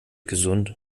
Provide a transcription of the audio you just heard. gesund